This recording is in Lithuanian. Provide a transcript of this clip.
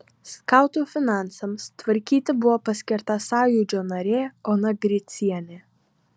skautų finansams tvarkyti buvo paskirta sąjūdžio narė ona gricienė